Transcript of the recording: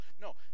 No